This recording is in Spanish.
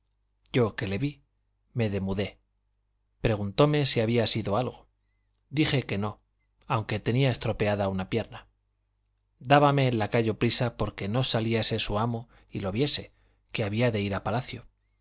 yo que le vi me demudé preguntóme si había sido algo dije que no aunque tenía estropeada una pierna dábame el lacayo prisa porque no saliese su amo y lo viese que había de ir a palacio